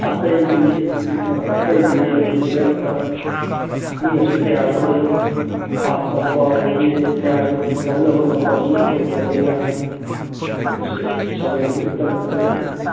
ꯑꯇꯩꯗꯤ ꯍꯧꯖꯤꯛꯁꯦ ꯑꯝꯇ ꯃꯤꯅꯁꯨ ꯀꯌꯥꯁꯨ ꯑꯝꯇꯁꯨ ꯄꯥꯝꯅꯕ ꯑꯗꯒꯤ ꯀꯌꯥꯁꯨ ꯂꯧꯅꯕ ꯃꯇꯝꯁꯨ ꯑꯣꯏꯗꯕꯅꯤꯅ ꯍꯧꯖꯤꯛꯁꯦ ꯁꯟꯅꯩꯕꯤꯒ ꯎꯇꯪꯒ ꯈꯛꯇꯪꯗꯤ ꯂꯩ